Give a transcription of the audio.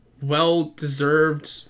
well-deserved